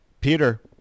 Peter